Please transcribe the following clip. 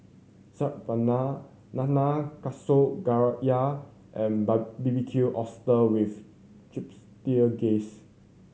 Saag Paneer Nanakusa Gayu and Barbecued Oyster with Chipotle Glaze